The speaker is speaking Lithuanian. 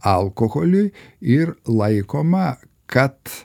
alkoholiui ir laikoma kad